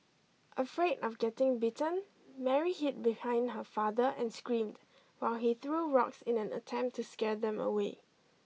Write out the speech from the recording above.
afraid of getting bitten Mary hid behind her father and screamed while he threw rocks in an attempt to scare them away